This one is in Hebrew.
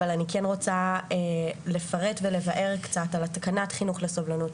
אבל אני כן רוצה לפרט ולבאר קצת על התקנת חינוך לסובלנות,